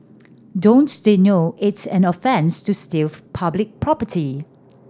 don't they know it's an offence to steal public property